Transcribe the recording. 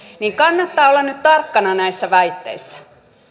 niin kannattaa olla nyt tarkkana näissä väitteissä